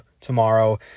tomorrow